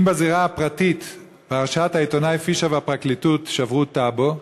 אם בזירה הפרטית פרשת העיתונאי פישר והפרקליטות שברו טבו,